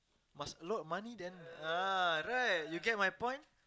must a lot of money then ah right you get my point